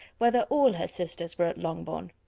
whether all her sisters were at longbourn.